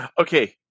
Okay